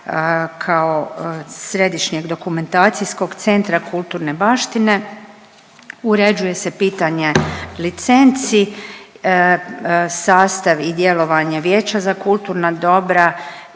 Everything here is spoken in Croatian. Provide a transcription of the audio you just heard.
kao središnjeg dokumentacijskog centra kulturne baštine, uređuje se pitanje licenci, sastav i djelovanje Vijeća za kulturna dobra,